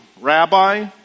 Rabbi